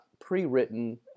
pre-written